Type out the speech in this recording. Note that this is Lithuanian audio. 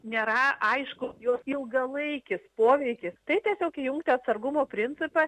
nėra aiškus jos ilgalaikis poveikis tai tiesiog įjungti atsargumo principą